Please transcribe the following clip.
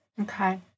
Okay